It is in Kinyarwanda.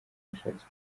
yashatse